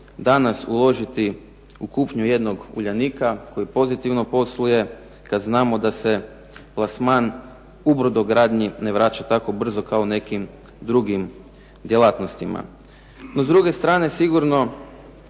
danas uložiti u kupnju jednog "Uljanika" koji pozitivno posluje, kada znamo da se plasman u brodogradnji ne vraća tako brzo kao u nekim drugim djelatnostima. No s druge strane sigurno